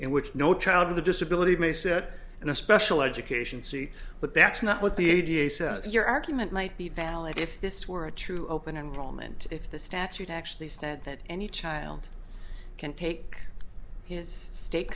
in which no child with a disability may sit in a special education suit but that's not what the a d f says your argument might be valid if this were a true open enrollment if the statute actually said that any child can take his st